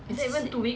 is it